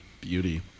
beauty